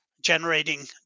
generating